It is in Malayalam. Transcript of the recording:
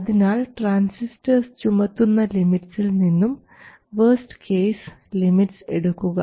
അതിനാൽ ട്രാൻസിസ്റ്റർസ് ചുമത്തുന്ന ലിമിറ്റ്സിൽ നിന്നും വർസ്റ്റ് കേസ് ലിമിറ്റ്സ് എടുക്കുക